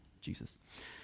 Jesus